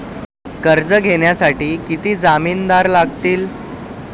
कर्ज घेण्यासाठी किती जामिनदार लागतील?